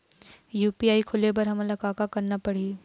UPI खोले बर हमन ला का का करना पड़ही?